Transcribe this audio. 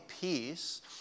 peace